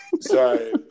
Sorry